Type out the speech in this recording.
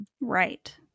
Right